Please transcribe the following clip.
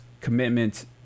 commitment